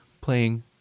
playing